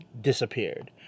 disappeared